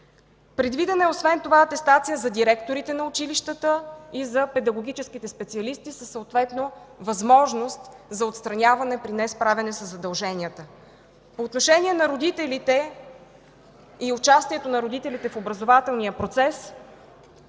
Предвидена е и атестация за директорите на училищата и за педагогическите специалисти съответно с възможност за отстраняване при несправянето със задълженията. По отношение на родителите и участието на родителите в образователния процес